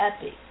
epic